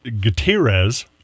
Gutierrez